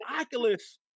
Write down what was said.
Oculus